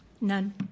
None